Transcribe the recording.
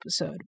episode